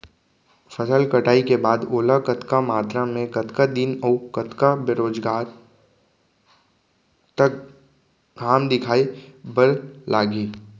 फसल कटाई के बाद ओला कतका मात्रा मे, कतका दिन अऊ कतका बेरोजगार तक घाम दिखाए बर लागही?